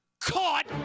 caught